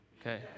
okay